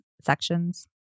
sections